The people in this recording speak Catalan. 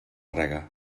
rega